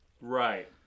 Right